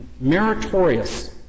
meritorious